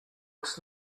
it’s